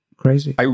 crazy